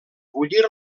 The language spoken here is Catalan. bullir